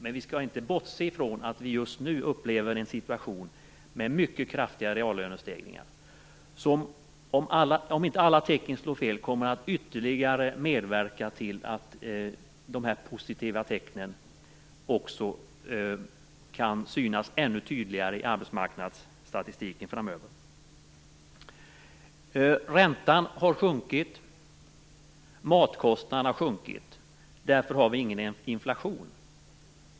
Men vi skall inte bortse från att vi just nu upplever mycket kraftiga reallönestegringar, som, om inte alla tecken slår fel, ytterligare kommer att medverka till att de positiva tecknen kan synas ännu tydligare i arbetsmarknadsstatistiken framöver. Räntan har sjunkit, och matkostnaderna har sjunkit. Därför har vi ingen inflation.